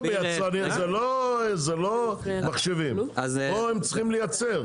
זה לא מחשבים, פה הם צריכים לייצר.